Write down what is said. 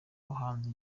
bahanzi